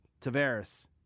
Tavares